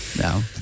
No